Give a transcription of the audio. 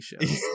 shows